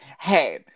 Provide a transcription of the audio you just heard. hey